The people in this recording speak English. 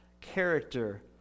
Character